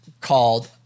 Called